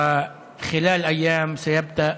ותוך ימים ספורים יתחיל,